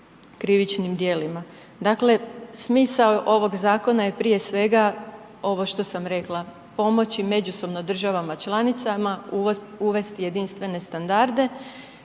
krivičnim djelima. Dakle, smisao ovog zakona je prije svega ovo što sam rekla, pomoći međusobno državama članica, uvesti jedinstvene standarde.